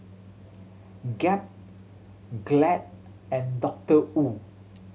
Gap Glade and Doctor Wu